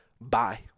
bye